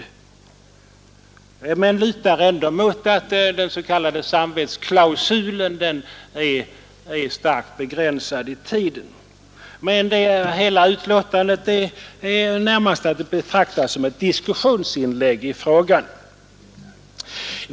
Han lutar emellertid åt att den s.k. samvetsklausulen är starkt begränsad i tiden, men hela uttalandet är närmast att betrakta som ett diskussionsinlägg i frågan. —.